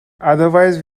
otherwise